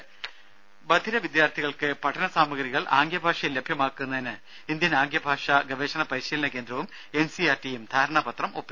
രംഭ ബധിര വിദ്യാർത്ഥികൾക്ക് പഠന സാമഗ്രികൾ ആംഗ്യഭാഷയിൽ ലഭ്യമാക്കുന്നതിന് ഇന്ത്യൻ ആംഗ്യഭാഷാ ഗവേഷണപരിശീലന ധാരണാപത്രം ഒപ്പിട്ടു